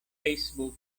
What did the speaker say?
facebook